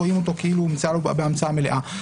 רואים אותו כאילו הומצאה לו בהמצאה מלאה.